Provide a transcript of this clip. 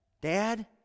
Dad